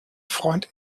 freund